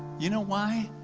you know why?